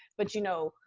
but, you know,